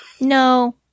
No